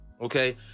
okay